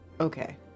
Okay